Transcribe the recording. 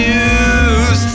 News